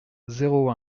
zéro